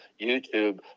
YouTube